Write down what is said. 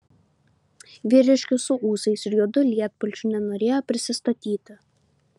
vyriškis su ūsais ir juodu lietpalčiu nenorėjo prisistatyti